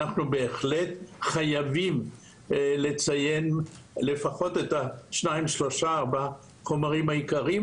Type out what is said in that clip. אנחנו בהחלט חייבים לציין לפחות שניים-שלושה-ארבעה חומרים עיקריים,